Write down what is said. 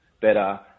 better